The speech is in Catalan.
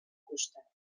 costat